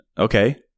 Okay